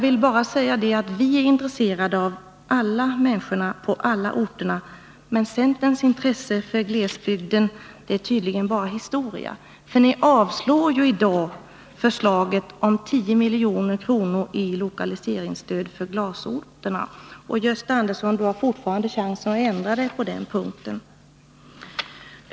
Vi socialdemokrater är intresserade av alla människor på alla orter, men centerns intresse för glesbygden är tydligen bara historia. Ni avstyrker ju i dag förslaget om 10 milj.kr. i lokaliseringsstöd för glasorterna. Men Gösta Andersson har fortfarande chansen att ändra sig på denna punkt.